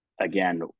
again